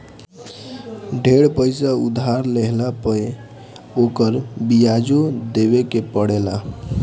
ढेर पईसा उधार लेहला पे ओकर बियाजो देवे के पड़ेला